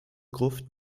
gruft